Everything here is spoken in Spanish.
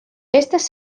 estas